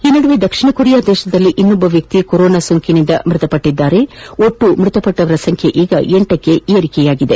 ಈ ನಡುವೆ ದಕ್ಷಿಣ ಕೊರಿಯಾದಲ್ಲಿ ಇನ್ನೋರ್ವ ವ್ಯಕ್ತಿ ಕೊರೊನಾ ಸೋಂಕಿನಿಂದ ಮೃತನಾಗಿದ್ದು ಒಟ್ಟು ಮೃತಪಟ್ಟವರ ಸಂಖ್ಯೆ ಲಕ್ಕೆ ಏರಿದಂತಾಗಿದೆ